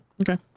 okay